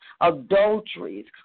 adulteries